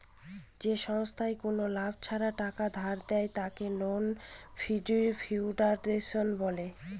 যে সংস্থায় কোনো লাভ ছাড়া টাকা ধার দেয়, তাকে নন প্রফিট ফাউন্ডেশন বলে